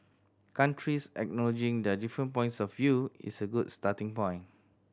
countries acknowledging their different points of view is a good starting point